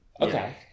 Okay